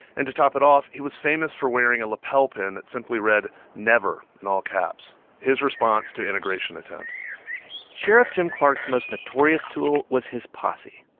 and to top it off, he was famous for wearing a lapel pin that simply read never in all caps his response to integration attempts sheriff jim clark's most notorious tool was his posse.